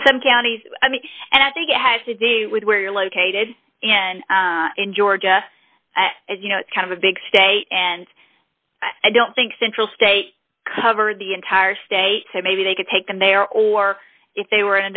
i mean some counties i mean and i think it has to do with where you're located and in georgia as you know kind of a big state and i don't think central state covered the entire state so maybe they could take them there or if they were